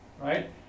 right